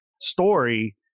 story